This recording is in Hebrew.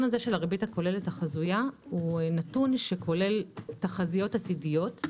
זה נתון שכולל תחזיות עתידיות,